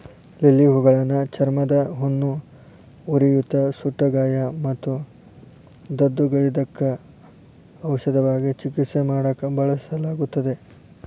lily ಹೂಗಳನ್ನ ಚರ್ಮದ ಹುಣ್ಣು, ಉರಿಯೂತ, ಸುಟ್ಟಗಾಯ ಮತ್ತು ದದ್ದುಗಳಿದ್ದಕ್ಕ ಔಷಧವಾಗಿ ಚಿಕಿತ್ಸೆ ಮಾಡಾಕ ಬಳಸಲಾಗುತ್ತದೆ